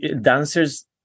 dancers